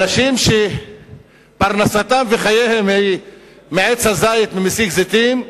אנשים שפרנסתם וחייהם מעץ הזית וממסיק זיתים,